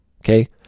okay